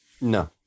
No